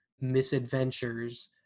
misadventures